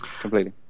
Completely